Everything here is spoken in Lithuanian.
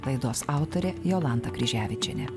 laidos autorė jolanta kryževičienė